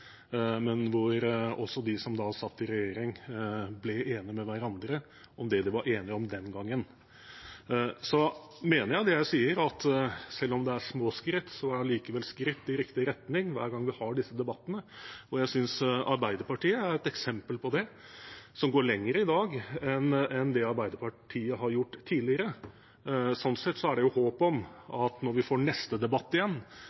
men hvor også de som da satt i regjering, ble enig med hverandre om det de var enige om den gangen. Jeg mener det jeg sier, at selv om det er små skritt, er det likevel skritt i riktig retning hver gang vi har disse debattene. Jeg synes Arbeiderpartiet er et eksempel på det. De går lenger i dag enn det Arbeiderpartiet har gjort tidligere. Sånn sett er det håp om at vi når vi får neste debatt igjen,